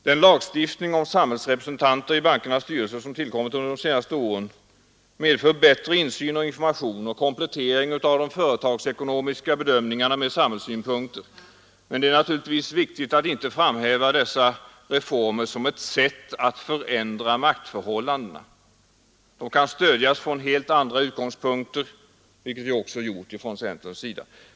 Den lagstiftning om samhällsrepresentanter i bankernas styrelser som tillkommit under de senaste åren medför bättre insyn och information och komplettering av de företagsekonomiska bedömningarna med samhällssynpunkter, men det är naturligtvis viktigt att inte framhäva dessa reformer som ett sätt att förändra maktförhållandena. De kan stödjas från helt andra utgångspunkter, vilket vi också gjort från centerns sida.